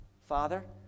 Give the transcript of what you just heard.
Father